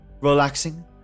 relaxing